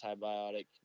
antibiotic